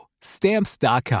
stamps.com